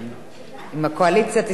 אם הקואליציה תסמוך,